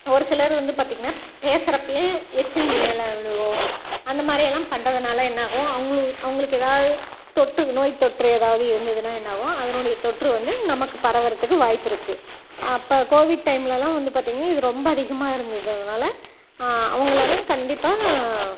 ஒரு சிலர் வந்து பார்த்தீங்கன்னா பேசுகிறப்பயே எச்சில் மேலே விழுகும் அந்த மாதிரி எல்லாம் பண்ணுறதுனால என்னாகும் அவங்களுக்கு எதாவது தொற்று நோய் தொற்று எதாவது இருந்ததுனால் என்னாகும் அதனுடைய தொற்று வந்து நமக்கு பரவுகிறத்துக்கு வாய்ப்பு இருக்குது அப்போ கோவிட் டைம்லெல்லாம் வந்து பார்த்தீங்கன்னா இது ரொம்ப அதிகமாக இருந்ததுனால் அவங்களலல்லாம் கண்டிப்பாக